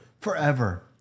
forever